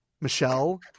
Michelle